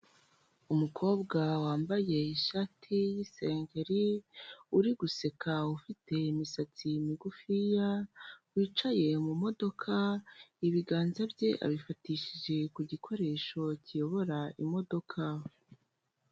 Umukobwa wambaye ishati y'isengeri uri guseka ufite imisatsi migufi, wicaye mu modoka ibiganza bye abifatishije ku gikoresho kiyobora imodoka.